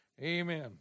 Amen